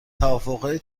توافقهای